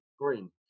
green